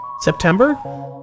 september